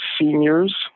seniors